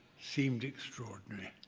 seemed extraordinary.